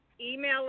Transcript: email